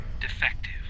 defective